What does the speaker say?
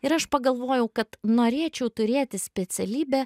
ir aš pagalvojau kad norėčiau turėti specialybę